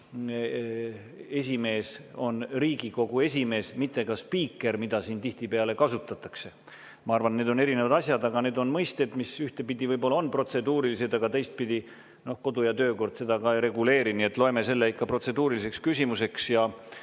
esimees on Riigikogu esimees, mitte spiiker, mida siin ka tihtipeale kasutatakse. Ma arvan, et need on erinevad asjad, aga need on mõisted, mis ühtpidi võib-olla [puutuvad protseduurikasse], aga teistpidi kodu- ja töökord seda ei reguleeri. Nii et loeme selle protseduuriliseks küsimuseks